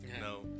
No